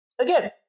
Again